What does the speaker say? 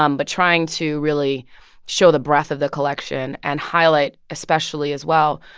um but trying to really show the breadth of the collection and highlight, especially, as well,